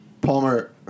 Palmer